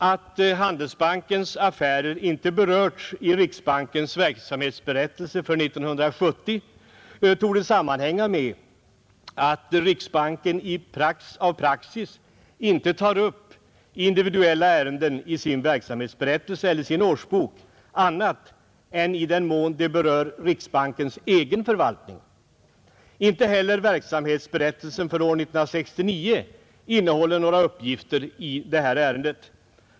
Att Handelsbankens affärer inte berörts i riksbankens verksamhetsberättelse för 1970 torde sammanhänga med att riksbanken av praxis inte tar upp individuella ärenden i sin verksamhetsberättelse eller i sin årsbok annat än i den mån de berör riksbankens egen förvaltning. Inte heller verksamhetsberättelsen för år 1969 innehåller några uppgifter i detta ärende.